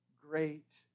great